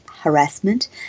harassment